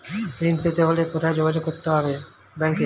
ঋণ পেতে হলে কোথায় যোগাযোগ করব?